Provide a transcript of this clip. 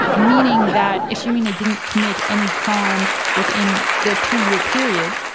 meaning that, assuming they didn't commit any crimes within the two-year period,